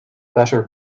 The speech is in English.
better